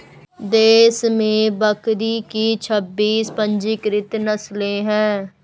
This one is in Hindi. देश में बकरी की छब्बीस पंजीकृत नस्लें हैं